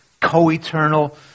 co-eternal